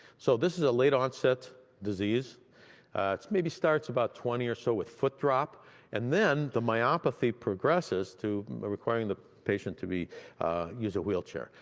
so this is a late onset disease, it maybe starts about twenty or so with foot drop and then the myopathy progresses to requiring the patient to use a wheelchair.